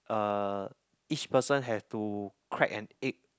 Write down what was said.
uh each person have to crack an egg